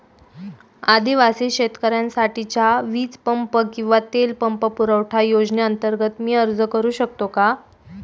आदिवासी शेतकऱ्यांसाठीच्या वीज पंप किंवा तेल पंप पुरवठा योजनेअंतर्गत मी अर्ज करू शकतो का?